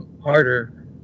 harder